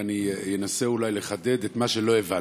ואני אנסה אולי לחדד את מה שלא הבנתי.